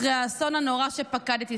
אחרי האסון הנורא שפקד את ישראל.